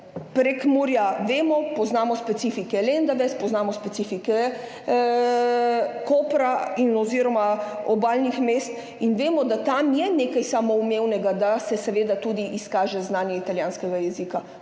Prekmurja. Vemo, poznamo specifike Lendave, poznamo specifike Kopra oziroma obalnih mest in vemo, da je tam nekaj samoumevnega, da se seveda tudi izkaže znanje italijanskega jezika.